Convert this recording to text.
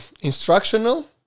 instructional